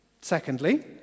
Secondly